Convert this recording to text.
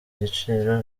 igiciro